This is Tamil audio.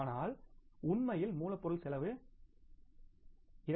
ஆனால் உண்மையில் மூலப்பொருள் செலவு 2